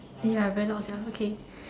ya I very lost ya okay